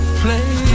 play